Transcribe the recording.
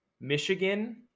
Michigan